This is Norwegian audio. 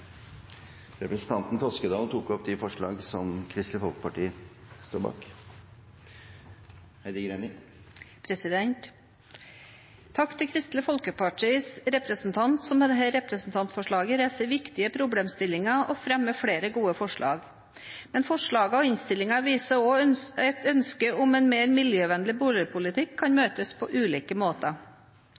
Takk til Kristelig Folkepartis representant som med dette representantforslaget reiser viktige problemstillinger og fremmer flere gode forslag. Men forslagene og innstillingen viser også at ønsket om en mer miljøvennlig boligpolitikk kan møtes på ulike måter.